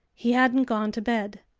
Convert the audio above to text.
he hadn't gone to bed.